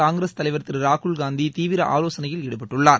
காங்கிரஸ் தலைவர் திரு ராகுல்காந்தி தீவிர ஆவோசனையில் ஈடுபட்டுள்ளார்